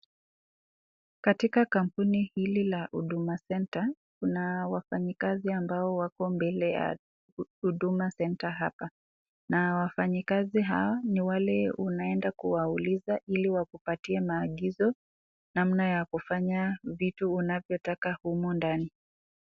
Katika kampuni hili la huduma center, kuna wafanyikazi mbele ya huduma center hapa. Na wafanyikazi hawa ni wale unaenda kuwauliza ili wakupee maagizo namna ya kufanya vitu unavyotaka humu ndani.